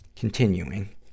Continuing